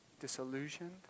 disillusioned